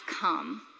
come